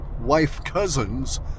wife-cousin's